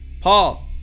Paul